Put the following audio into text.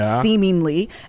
seemingly